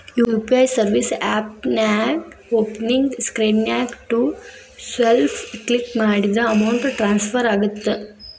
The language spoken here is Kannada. ಯು.ಪಿ.ಐ ಸರ್ವಿಸ್ ಆಪ್ನ್ಯಾಓಪನಿಂಗ್ ಸ್ಕ್ರೇನ್ನ್ಯಾಗ ಟು ಸೆಲ್ಫ್ ಕ್ಲಿಕ್ ಮಾಡಿದ್ರ ಅಮೌಂಟ್ ಟ್ರಾನ್ಸ್ಫರ್ ಆಗತ್ತ